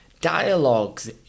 Dialogues